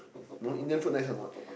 no Indian food nice or not